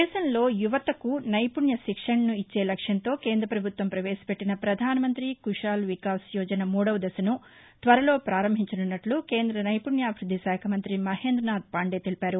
దేశంలో యువతకు నైపుణ్య శిక్షణను ఇచ్చే లక్ష్యంతో కేంద్ర పభుత్వం పవేశపెట్టిన పధానమంతి కుశాల్ వికాస్ యోజన మూడవ దశను త్వరలో పారంభించనున్నట్టు కేంద నైపుణ్యాభివృద్దిశాఖ మంతి మహేందనాథ్ పాందే తెలిపారు